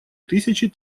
тысячи